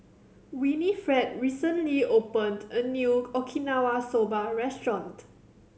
Winifred recently opened a new Okinawa Soba Restaurant